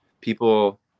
people